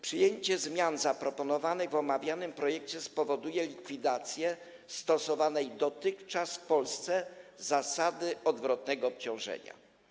Przyjęcie zmian zaproponowanych w omawianym projekcie spowoduje likwidację stosowanej dotychczas w Polsce zasady odwrotnego obciążenia.